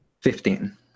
Fifteen